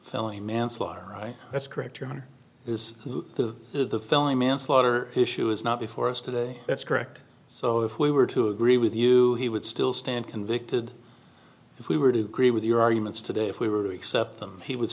felony manslaughter right that's correct your honor is the of the filling manslaughter issue is not before us today that's correct so if we were to agree with you he would still stand convicted if we were to agree with your arguments today if we were to accept them he would